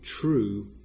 true